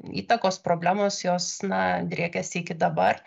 įtakos problemos jos na driekiasi iki dabar